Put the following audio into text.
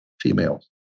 females